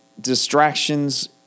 distractions